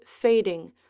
fading